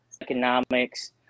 economics